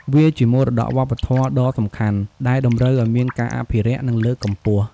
វាជា មរតកវប្បធម៌ដ៏សំខាន់ ដែលតម្រូវឱ្យមានការអភិរក្ស និងលើកកម្ពស់។